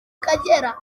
akegera